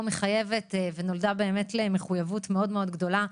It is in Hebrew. מחייבת והתפתחה למחויבות גדולה מאוד,